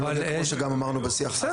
כמו שגם אמרנו בשיח לפני.